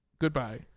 Goodbye